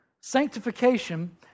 Sanctification